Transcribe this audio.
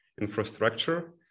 infrastructure